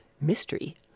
mystery